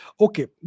Okay